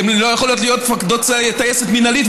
אם הן לא יכולות להיות מפקדות טייסת מינהלית,